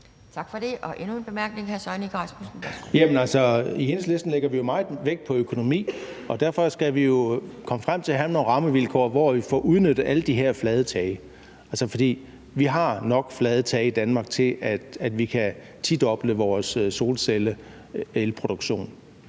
Værsgo. Kl. 11:37 Søren Egge Rasmussen (EL): I Enhedslisten lægger vi jo meget vægt på økonomi, og derfor skal vi jo komme frem til at have nogle rammevilkår, hvor vi får udnyttet alle de her flade tage. For vi har nok flade tage i Danmark til, at vi kan tidoble vores solcelleelproduktion,